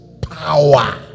power